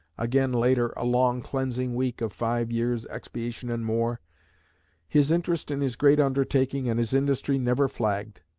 again later, a long cleansing week of five years' expiation and more his interest in his great undertaking and his industry never flagged.